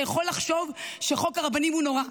אתה יכול לחשוב שחוק הרבנים הוא נורא,